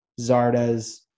Zardes